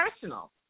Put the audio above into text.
personal